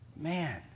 Man